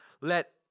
let